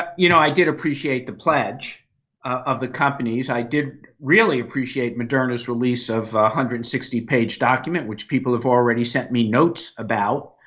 you know i did appreciate the pledge of the companies. i did really appreciate maderna's release of one hundred and sixty page document, which people have already send me notes about.